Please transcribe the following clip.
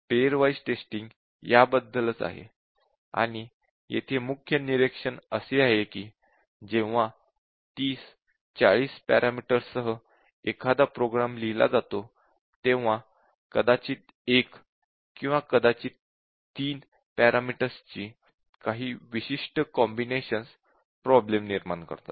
pair wise testing याबद्दल आहे आणि येथे मुख्य निरीक्षण असे आहे की जेव्हा 30 40 पॅरामीटर्ससह एखादा प्रोग्राम लिहिला जातो तेव्हा एक किंवा कदाचित 3 पॅरामीटर्स ची काही विशिष्ट कॉम्बिनेशन्स प्रॉब्लेम्स निर्माण करतात